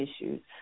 issues